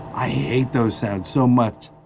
i hate those sounds so much.